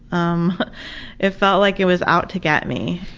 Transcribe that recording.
um it felt like it was out to get me.